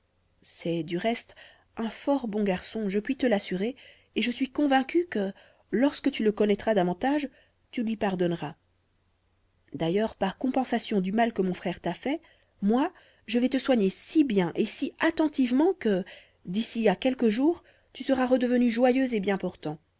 c'est du reste un fort bon garçon je puis te l'assurer et je suis convaincue que lorsque tu le